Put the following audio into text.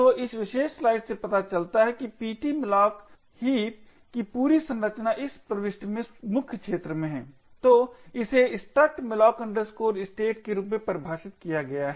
तो इस विशेष स्लाइड से पता चलता है कि ptmalloc हीप की पूरी संरचना इस विशेष प्रविष्टि में मुख्य क्षेत्र है तो इसे struct malloc state के रूप में परिभाषित किया गया है